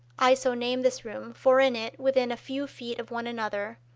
i so name this room, for in it, within a few feet of one another,